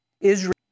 Israel